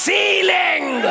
Ceiling